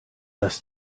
das